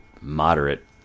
moderate